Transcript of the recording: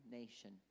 nation